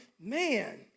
man